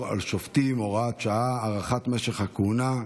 על שופטים (הוראת שעה) (הארכת משך הכהונה),